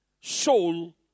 soul